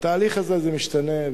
בתהליך הזה זה משתנה.